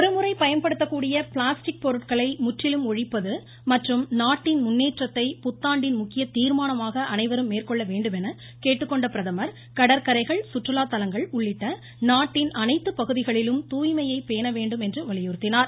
ஒருமுறை பயன்படுத்தக்கூடிய பிளாஸ்டிக் பொருட்களை முற்றிலும் ஒழிப்பது மற்றும் நாட்டின் முன்னேற்றத்தை புத்தாண்டின் முக்கிய தீர்மானமாக அனைவரும் மேற்கொள்ள வேண்டும் என கேட்டுக்கொண்ட பிரதமர் கடற்கரைகள் சுற்றுலாத்தலங்கள் உள்ளிட்ட நாட்டின் அனைத்து பகுதிகளிலும் தூய்மையைப் பேண வேண்டும் என வலியுறுத்தினார்